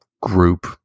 group